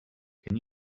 can